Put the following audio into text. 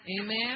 Amen